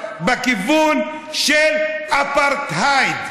בכיוון של אפרטהייד,